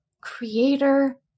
creator